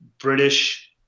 British